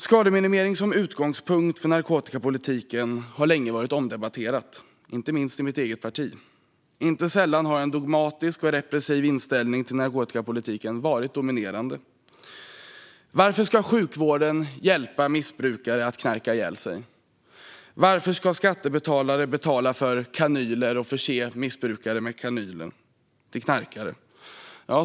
Skademinimering som utgångspunkt för narkotikapolitiken har länge varit omdebatterat, inte minst i mitt eget parti. Inte sällan har en dogmatisk och repressiv inställning till narkotikapolitiken varit dominerande. Varför ska sjukvården hjälpa missbrukare att knarka ihjäl sig? Varför ska skattebetalarna betala för och förse missbrukare med kanyler?